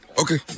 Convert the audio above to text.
Okay